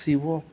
Shiva